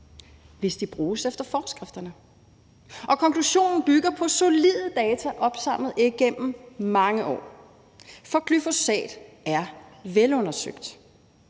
hvis de bruges efter forskrifterne. Og konklusionen bygger på solide data opsamlet igennem mange år, for glyfosat er velundersøgt.